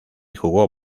jugó